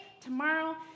tomorrow